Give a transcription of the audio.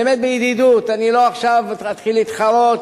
באמת, בידידות, אני לא מתחיל עכשיו להתחרות,